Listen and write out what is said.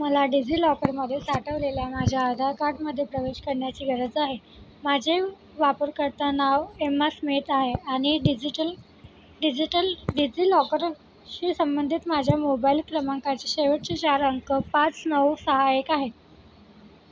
मला डिझिलॉकरमध्ये साठवलेल्या माझ्या आधार कार्डमध्ये प्रवेश करण्याची गरज आहे माझे वापरकर्ता नाव एम्मा स्मित आहे आणि डिजिटल डिजिटल डिझिलॉकरशी संबंधित माझ्या मोबाईल क्रमांकाचे शेवटचे चार अंक पाच नऊ सहा एक आहे